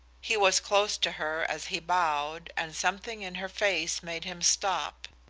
he was close to her as he bowed, and something in her face made him stop.